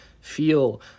feel